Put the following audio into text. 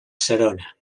serona